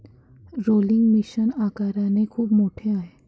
rolling machine आकाराने खूप मोठे आहे